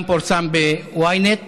וגם פורסם ב-ynet